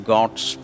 God's